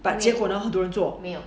but 结果呢很多个人做